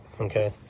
okay